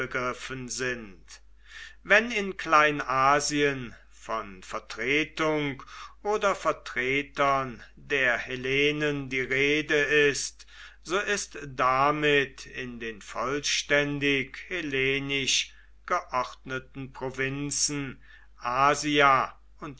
sind wenn in kleinasien von vertretung oder vertretern der hellenen die rede ist so ist damit in den vollständig hellenisch geordneten provinzen asia